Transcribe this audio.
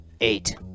Eight